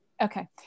Okay